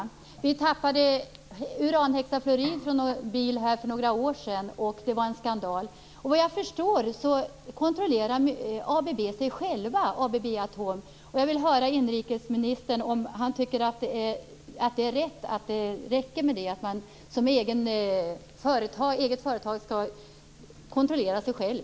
För några år sedan tappade en bil uranhexafluorid. Det var en skandal. Vad jag förstår kontrollerar man på ABB Atom sig själv. Jag vill höra om inrikesministern tycker att det är rätt och att det räcker med det. Skall man som eget företag kontrollera sig själv?